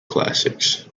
classics